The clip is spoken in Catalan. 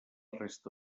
resta